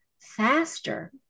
faster